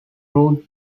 rue